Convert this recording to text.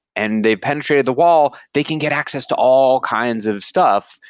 and they penetrated the wall. they can get access to all kinds of stuff,